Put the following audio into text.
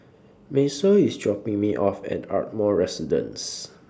Macel IS dropping Me off At Ardmore Residence